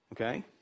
Okay